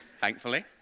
Thankfully